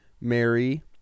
Mary